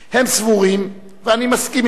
הם סבורים, ואני מסכים עמם,